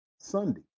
Sunday